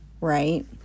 right